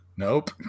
Nope